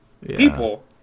people